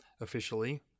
officially